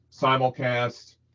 simulcast